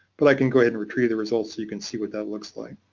but i can go ahead and retrieve the results so you can see what that looks like.